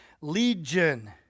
Legion